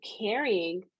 carrying